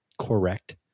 correct